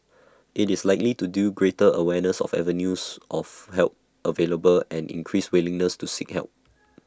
IT is likely to due greater awareness of avenues of help available and increased willingness to seek help